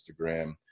Instagram